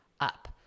up